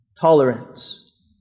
Tolerance